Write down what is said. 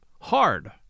Hard